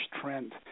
trend